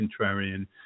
contrarian